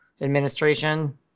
administration